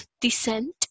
descent